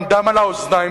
עם דם על האוזניים,